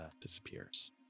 disappears